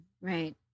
Right